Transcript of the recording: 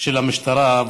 של המשטרה.